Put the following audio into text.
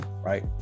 right